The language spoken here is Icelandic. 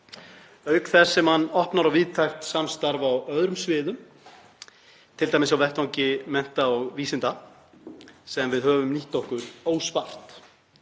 auk þess sem hann opnar á víðtækt samstarf á öðrum sviðum, t.d. á vettvangi mennta og vísinda, sem við höfum nýtt okkur óspart.